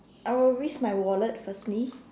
I would risk my wallet firstly